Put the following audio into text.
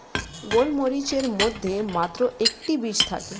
গোলমরিচের মধ্যে মাত্র একটি বীজ থাকে